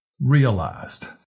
Realized